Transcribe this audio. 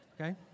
Okay